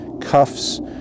cuffs